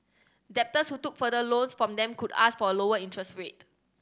debtors who took further loans from them could ask for a lower interest rate